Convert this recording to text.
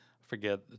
forget